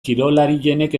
kirolarienek